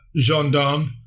gendarme